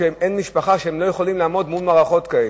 כי אין משפחה שיכולה לעמוד מול מערכות כאלה.